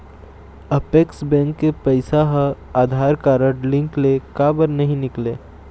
Apex bank के पैसा हा आधार कारड लिंक ले काबर नहीं निकले?